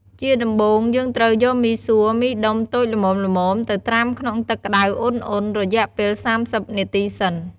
ជាដំបូង យើងត្រូវយកមីសួរមីដុំតូចល្មមៗទៅត្រាំក្នុងទឹកក្ដៅឧណ្ឌៗរយៈពេល៣០នាទីសិន។